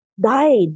died